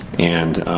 and